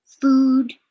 food